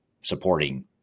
supporting